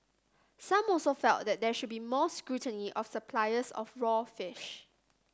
some also felt that there should be more scrutiny of suppliers of raw fish